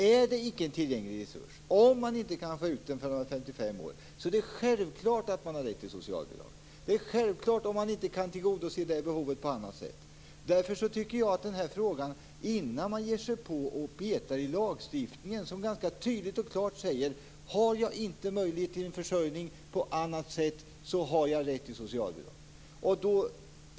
Är det icke en tillgänglig resurs och om man inte kan få ut den förrän man fyllt 55 år är det självklart att man har rätt till socialbidrag. Det är självklart om man inte kan tillgodose behovet på annat sätt. Lagen säger ganska tydligt och klart att om jag inte har möjlighet till försörjning på annat sätt har jag rätt till socialbidrag.